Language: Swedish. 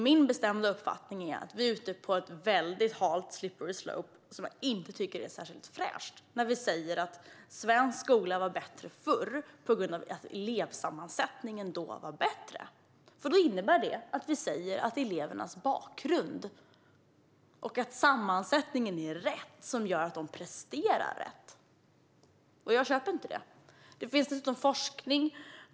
Min bestämda uppfattning är att vi är ute på väldigt hal is när vi säger att svensk skola var bättre förr eftersom elevsammansättningen då var bättre, och jag tycker inte att det är särskilt fräscht. Det innebär nämligen att vi säger att det är elevernas bakgrund, och att sammansättningen är rätt, som gör att de presterar rätt. Jag köper inte det. Det finns dessutom forskning om detta.